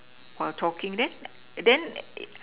while talking then and then